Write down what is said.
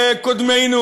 וקודמינו,